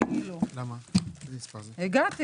הגעתי